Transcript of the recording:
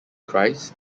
christ